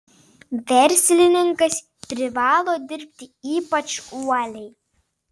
verslininkas privalo dirbti ypač uoliai